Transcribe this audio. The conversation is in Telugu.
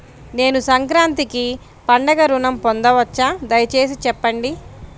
నేను సంక్రాంతికి పండుగ ఋణం పొందవచ్చా? దయచేసి చెప్పండి?